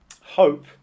Hope